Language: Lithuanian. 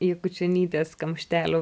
jakučionytės kamštelių